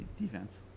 defense